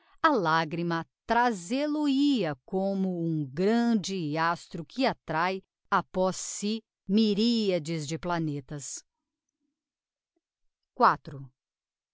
a lagrima trazel o hia como um grande astro que attrae após si myriades de planetas